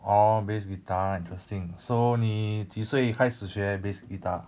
orh bass guitar interesting so 你几岁开始学 bass guitar